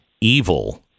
evil